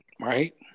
Right